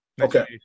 Okay